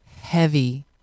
heavy